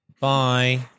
Bye